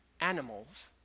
animals